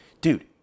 Dude